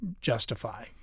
justify